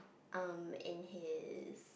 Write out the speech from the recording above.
um in his